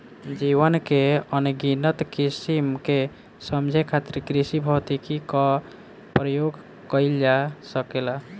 जीवन के अनगिनत किसिम के समझे खातिर कृषिभौतिकी क प्रयोग कइल जा सकेला